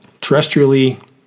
Terrestrially